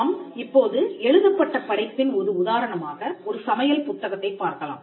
நாம் இப்போது எழுதப்பட்ட படைப்பின் ஒரு உதாரணமாக ஒரு சமையல் புத்தகத்தைப் பார்க்கலாம்